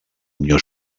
unió